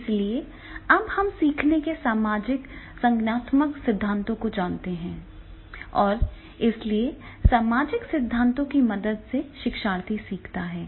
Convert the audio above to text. इसलिए अब हम सीखने के सामाजिक संज्ञानात्मक सिद्धांतों को जानते हैं और इसलिए सामाजिक सिद्धांतों की मदद से शिक्षार्थी सीखता है